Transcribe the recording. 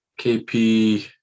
KP